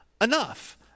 enough